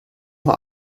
mal